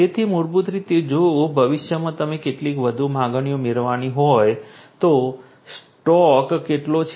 તેથી મૂળભૂત રીતે જો ભવિષ્યમાં તમને કેટલીક વધુ માંગણીઓ મળવાની હોય તો સ્ટોક કેટલો છે